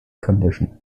condition